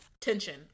tension